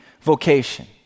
vocation